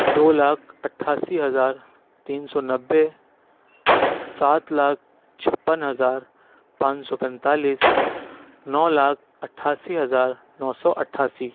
دو لاکھ اٹھاسی ہزار تین سو نوے سات لاکھ چھپّن ہزار پانچ سو پینتالیس نو لاکھ اٹھاسی ہزار نو سو اٹھاسی